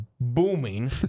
booming